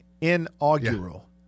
Inaugural